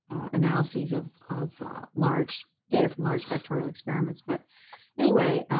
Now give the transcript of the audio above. analysis of of large data from large factorial experiments. but anyway,